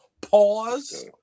Pause